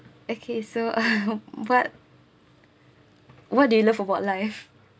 okay so what what do you love about life